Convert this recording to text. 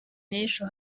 n’ejo